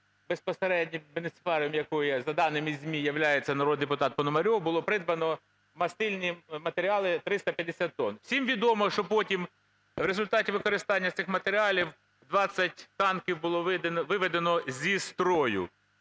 безпосереднім бенефіціаром якої є, за даними ЗМІ, являється народний депутат Пономарьов, було придбано мастильні матеріали, 350 тонн. Всім відомо, що потім, в результаті використання цих матеріалів, 20 танків було виведено зі строю.